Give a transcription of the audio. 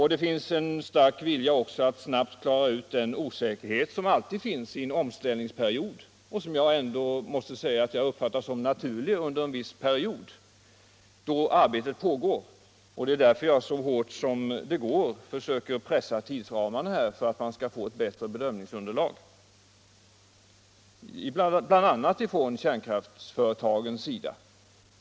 Det finns också en stark vilja att avhjälpa den osäkerhet som alltid frågan Om regeringens linje i kärnkraftsfrågan finns i en omställningsperiod och som jag uppfattar som naturlig under en viss tid. Det är därför som jag så hårt som det går försöker pressa tidsramarna för att man skall få ett bättre bedömningsunderlag, bl.a. från kärnkraftsföretagens sida.